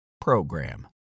PROGRAM